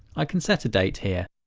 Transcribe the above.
i can set a date here.